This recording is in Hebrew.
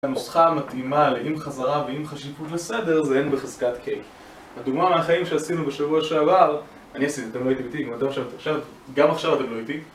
הנוסחה המתאימה לעם חזרה ועם חשיבות לסדר זה N בחזקת K. הדוגמה מהחיים שעשינו בשבוע שעבר, אני עשיתי אתם לא הייתי, גם עכשיו אתם לא איתי...